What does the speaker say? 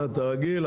אתה רגיל,